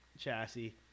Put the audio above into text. chassis